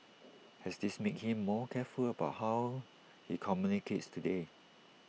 has this made him more careful about how he communicates today